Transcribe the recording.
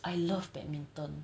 I love badminton